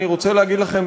אני רוצה להגיד לכם,